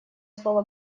слово